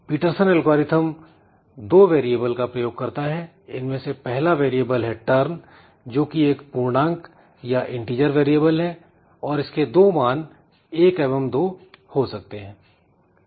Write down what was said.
Peterson algorithm दो variable का प्रयोग करता है इनमें से पहला वेरिएबल है टर्न जोकि एक पूर्णांक अथवा इंटिजर वेरिएबल है और इसके दो मान एक एवं दो हो सकते हैं